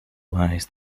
lies